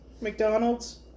McDonald's